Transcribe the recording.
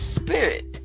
spirit